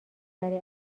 برای